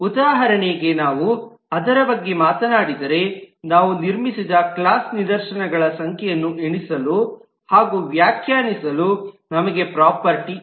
ಉದಾಹರಣೆಗೆ ನಾವು ಅದರ ಬಗ್ಗೆ ಮಾತನಾಡಿದರೆ ಅದರ ನಿದರ್ಶನಗಳ ಸಂಖ್ಯೆಯನ್ನು ವ್ಯಾಖ್ಯಾನಿಸಲು ನಮಗೆ ಆಸ್ತಿ ಇದೆ ನಾವು ನಿರ್ಮಿಸಿದ ಕ್ಲಾಸ್